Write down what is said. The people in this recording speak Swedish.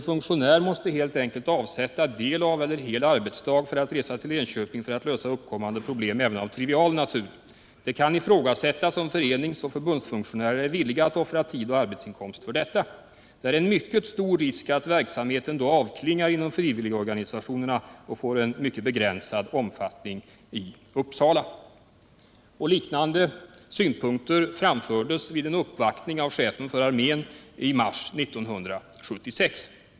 funktionär måste helt enkelt avsätta en del av eller hel arbetsdag för att resa till Enköping för att lösa uppkommande problem även av trivial natur. Det kan ifrågasättas om föreningsoch förbundsfunktionärer är villiga att offra tid och arbetsinkomst för detta. Det är en mycket stor risk att verksamheten då avklingar inom frivilligorganisationerna och får en mycket begränsad omfattning i Uppsala.” Liknande synpunkter framfördes vid en uppvaktning av chefen för armén i mars 1976.